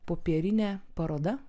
popierinė paroda